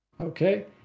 Okay